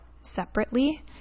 separately